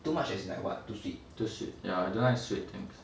too much as you in like what too sweet